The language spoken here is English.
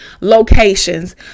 locations